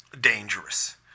dangerous